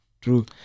true